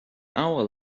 our